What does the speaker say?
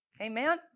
Amen